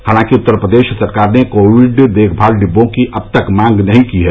हालांकि उत्तर प्रदेश सरकार ने कोविड देखभाल डिब्बों की अब तक मांग नहीं की है